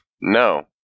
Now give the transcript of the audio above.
no